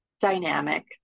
dynamic